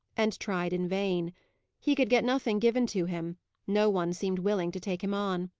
and tried in vain he could get nothing given to him no one seemed willing to take him on.